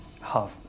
Half